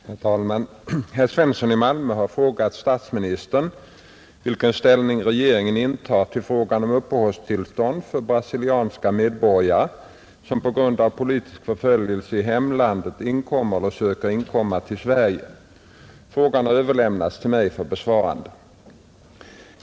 Herr talman! Herr Svensson i Malmö har frågat statsministern vilken ställning regeringen intar till frågan om uppehållstillstånd för brasilianska medborgare som på grund av politisk förföljelse i hemlandet inkommer eller söker inkomma till Sverige. Frågan har överlämnats till mig för besvarande.